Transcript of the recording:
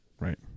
Right